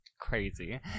crazy